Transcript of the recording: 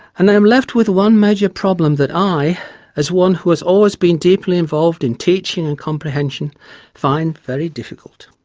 and i am left with one major problem that i as one who has always been deeply involved in teaching and comprehension find very difficult.